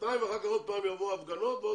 שנתיים ואחר כך עוד פעם יהיו הפגנות ועוד